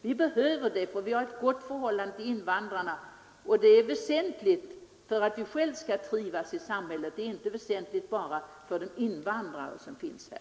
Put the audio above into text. Vi behöver det, för vi har ett gott förhållande till invandrarna. Det är också väsentligt för att vi själva skall trivas i samhället och inte bara för de invandrare som finns här.